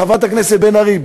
חברת הכנסת בן ארי,